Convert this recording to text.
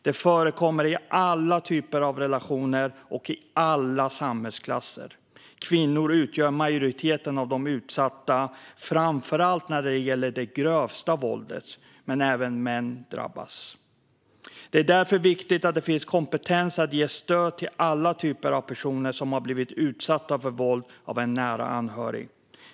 Det förekommer i alla typer av relationer och i alla samhällsklasser. Kvinnor utgör majoriteten av de utsatta, framför allt när det gäller det grövsta våldet, men även män drabbas. Det är därför viktigt att det finns kompetens att ge stöd till alla typer av personer som har blivit utsatta för våld av en nära anhörig.